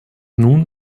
nun